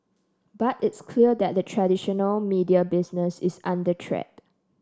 but it's clear that the traditional media business is under threat